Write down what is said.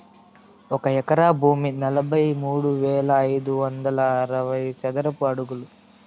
ఒక ఎకరా భూమి నలభై మూడు వేల ఐదు వందల అరవై చదరపు అడుగులు